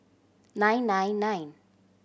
nine nine nine